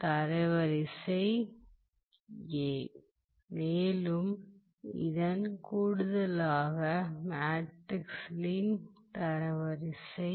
தரவரிசை மேலும் இதன் கூடுதலதாக மேட்ரிக்ஸின் தரவரிசை